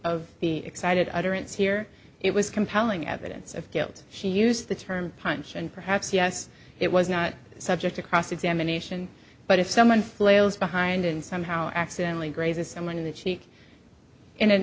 of the excited utterance here it was compelling evidence of guilt she used the term punch and perhaps yes it was not subject to cross examination but if someone flails behind and somehow accidentally grazes someone in the cheek in an